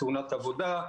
תאונת עבודה,